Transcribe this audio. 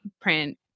print